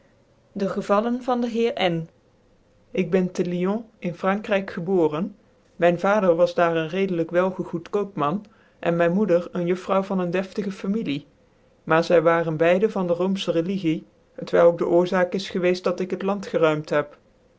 de ecvallcn van de heer n ik ben te lion in vrankryk geboren myn vader was daar een redelijk wel gegoed koopman cn myn moeder ccn juffrouw vaneen deftige familie maar zy waren beide van de roomfchc religie t welk de oorzaak isgewceft dat jk hec land geruime heb